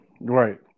Right